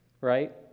right